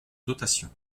dotation